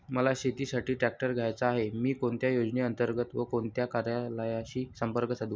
मला शेतीसाठी ट्रॅक्टर घ्यायचा आहे, मी कोणत्या योजने अंतर्गत व कोणत्या कार्यालयाशी संपर्क साधू?